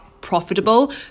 profitable